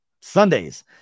Sunday's